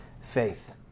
faith